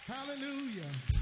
Hallelujah